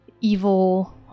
evil